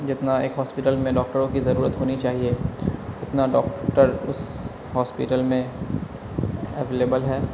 جتنا ایک ہاسپیٹل میں ڈاکٹروں کی ضرورت ہونی چاہیے اتنا ڈاکٹر اس ہاسپیٹل میں اویلیبل ہے